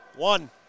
One